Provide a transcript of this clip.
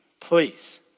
please